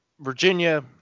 Virginia